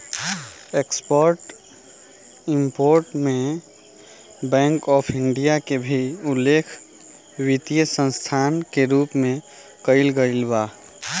export import में bank of India के भी उल्लेख वित्तीय संस्था के रूप में कईल गईल बा